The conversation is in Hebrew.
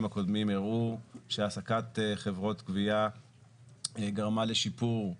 הקודמים הראו שהעסקת חברות גבייה גרמה לשיפור,